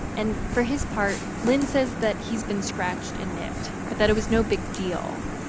and for his part, lynn says that he's been scratched and nipped but that it was no big deal.